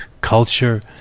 culture